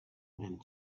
and